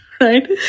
right